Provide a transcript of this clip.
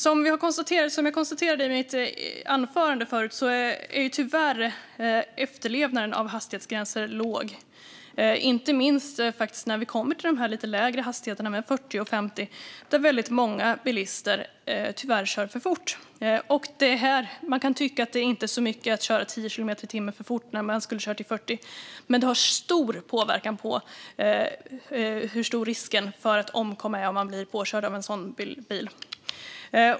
Som jag konstaterade i mitt anförande är tyvärr efterlevnaden av hastighetsgränser låg, inte minst när vi kommer till de här lite lägre hastigheterna, 40 och 50, där väldigt många bilister tyvärr kör för fort. Man kan tycka att 10 kilometer i timmen för fort inte är så mycket när man skulle ha kört i 40, men det har stor påverkan på risken att omkomma för den som blir påkörd av en sådan bil.